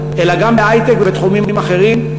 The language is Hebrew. אלא גם בהיי-טק ובתחומים אחרים,